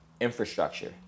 Infrastructure